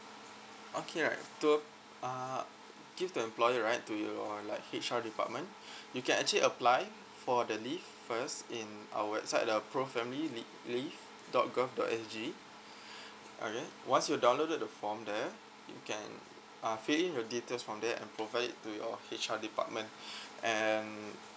okay right to uh give the employer right to your H_R department you can actually apply for the leave first in our website the pro family leave dot G O V dot S G okay once you downloaded the form there you can uh fill in your details from there and provide it to your H_R department and